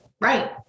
right